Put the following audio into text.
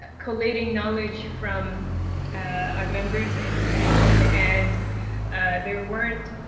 collating knowledge from our members in the region, and there weren't,